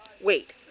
Wait